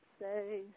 say